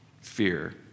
fear